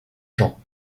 jean